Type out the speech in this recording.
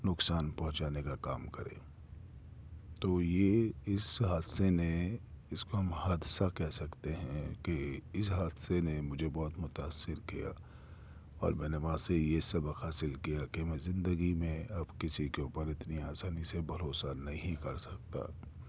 نقصان پہنچانے کا کام کرے تو یہ اس حادثے نے اس کو ہم حادثہ کہہ سکتے ہیں کہ اس حادثے نے مجھے بہت متاثر کیا اور میں نے وہاں سے یہ سبق حاصل کیا کہ میں زندگی میں اب کسی کے اوپر اتنی آسانی سے بھروسہ نہیں کر سکتا